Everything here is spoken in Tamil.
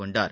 கொண்டார்